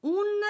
un